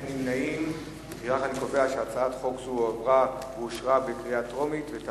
ההצעה להעביר את הצעת חוק שירות הקבע בצבא-הגנה לישראל (גמלאות) (תיקון,